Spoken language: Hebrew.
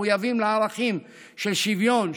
מחויבים לערכים של שוויון,